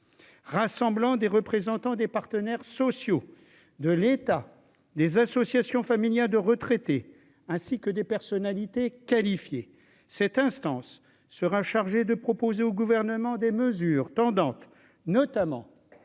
Rassemblant des représentants des partenaires sociaux de l'État, des associations familiales de retraités ainsi que des personnalités qualifiées, cette instance sera chargée de proposer au gouvernement des mesures tendant notamment